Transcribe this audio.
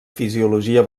fisiologia